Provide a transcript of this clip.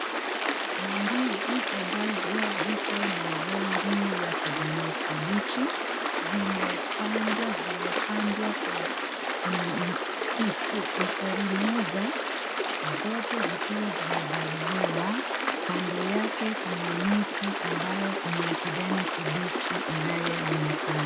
Mandizi ambazo ziko na rangi ya kijani kibichi. Zimepangwa, zimepandwa kwa mstari moja, zote zikiwa zimepaliliwa. Kando yake kuna miti ambayo ni ya kijani kibichi inayoonekana.